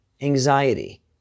anxiety